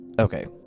Okay